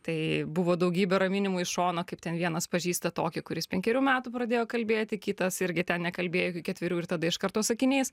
tai buvo daugybė raminimų iš šono kaip ten vienas pažįsta tokį kuris penkerių metų pradėjo kalbėti kitas irgi ten nekalbėjo iki ketverių ir tada iš karto sakiniais